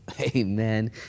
amen